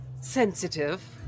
sensitive